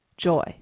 joy